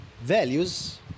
values